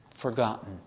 forgotten